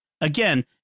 Again